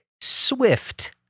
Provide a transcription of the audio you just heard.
Swift